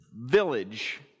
Village